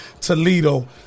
Toledo